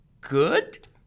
good